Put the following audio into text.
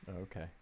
Okay